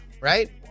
right